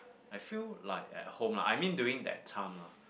I feel like at home lah I mean during that time lah